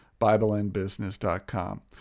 bibleandbusiness.com